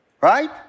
right